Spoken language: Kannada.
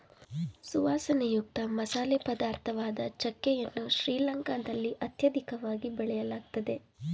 ಸುವಾಸನೆಯುಕ್ತ ಮಸಾಲೆ ಪದಾರ್ಥವಾದ ಚಕ್ಕೆ ಯನ್ನು ಶ್ರೀಲಂಕಾದಲ್ಲಿ ಅತ್ಯಧಿಕವಾಗಿ ಬೆಳೆಯಲಾಗ್ತದೆ